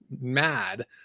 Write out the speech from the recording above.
mad